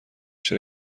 چرا